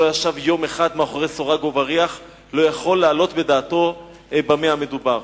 מי שלא ישב יום אחד מאחורי סורג ובריח לא יכול להעלות בדעתו במה מדובר.